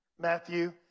Matthew